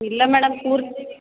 ಇಲ್ಲ ಮೇಡಮ್ ಪೂರ್ತಿ